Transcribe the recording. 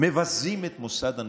מבזים את מוסד הנשיאות.